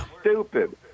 stupid